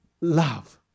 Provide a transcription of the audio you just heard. love